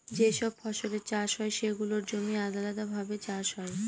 যে সব ফসলের চাষ হয় সেগুলোর জমি আলাদাভাবে চাষ হয়